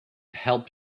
helped